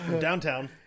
Downtown